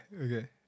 okay